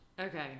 Okay